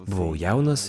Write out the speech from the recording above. buvau jaunas